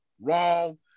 Wrong